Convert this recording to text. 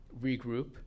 regroup